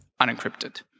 unencrypted